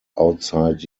outside